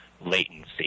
latency